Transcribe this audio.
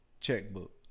checkbook